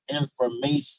information